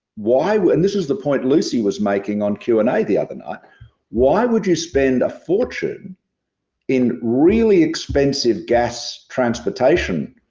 why would and this is the point lucy was making on q a the other night why would you spend a fortune in really expensive gas transportation,